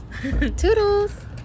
Toodles